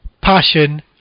passion